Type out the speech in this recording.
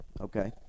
Okay